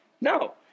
no